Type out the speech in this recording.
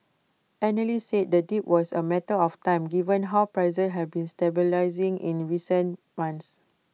analysts said the dip was A matter of time given how prices have been stabilising in recent months